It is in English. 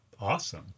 awesome